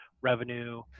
revenue